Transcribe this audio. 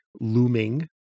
looming